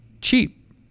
cheap